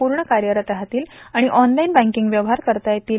पूर्णतः कार्यरत राहतील आणि ऑनलाईन बँकिंग व्यवहार करता येतील